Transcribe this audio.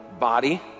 body